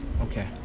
Okay